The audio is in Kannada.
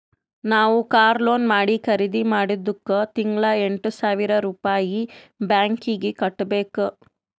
ನಾವ್ ಕಾರ್ ಲೋನ್ ಮಾಡಿ ಖರ್ದಿ ಮಾಡಿದ್ದುಕ್ ತಿಂಗಳಾ ಎಂಟ್ ಸಾವಿರ್ ರುಪಾಯಿ ಬ್ಯಾಂಕೀಗಿ ಕಟ್ಟಬೇಕ್